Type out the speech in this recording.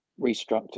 restructured